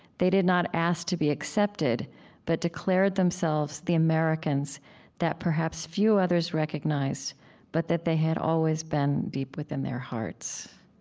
they did not ask to be accepted but declared themselves the americans that perhaps few others recognized but that they had always been deep within their hearts.